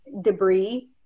debris